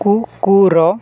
କୁକୁର